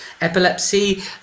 epilepsy